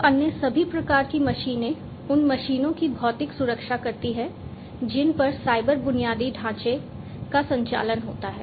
तो अन्य सभी प्रकार की मशीनें उन मशीनों की भौतिक सुरक्षा करती हैं जिन पर साइबर बुनियादी ढांचे का संचालन होता है